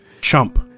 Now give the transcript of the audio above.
Chump